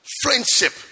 friendship